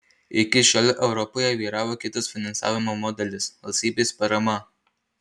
iki šiol europoje vyravo kitas finansavimo modelis valstybės parama